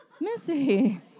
Missy